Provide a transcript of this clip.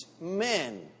men